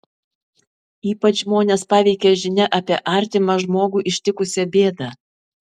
ypač žmones paveikia žinia apie artimą žmogų ištikusią bėdą